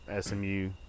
smu